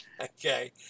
Okay